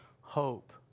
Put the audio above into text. hope